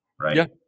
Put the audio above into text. right